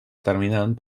determinant